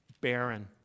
barren